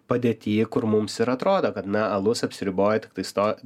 padėty kur mums ir atrodo kad na alus apsiriboja tiktai sto